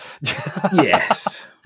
Yes